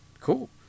cool